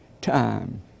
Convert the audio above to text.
time